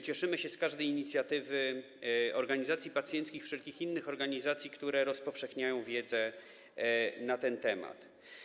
Cieszymy się z każdej inicjatywy organizacji pacjenckich i wszelkich innych organizacji, które rozpowszechniają wiedzę na ten temat.